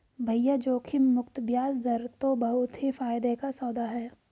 भैया जोखिम मुक्त बयाज दर तो बहुत ही फायदे का सौदा है